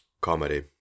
comedy